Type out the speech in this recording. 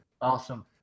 Awesome